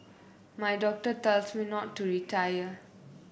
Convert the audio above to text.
my doctor tells me not to retire